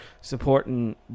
supporting